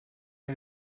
les